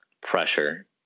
pressure